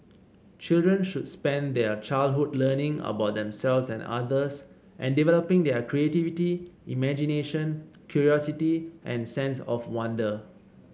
children should spend their childhood learning about themselves and others and developing their creativity imagination curiosity and sense of wonder